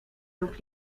lub